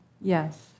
Yes